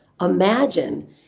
imagine